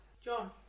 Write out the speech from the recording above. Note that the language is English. John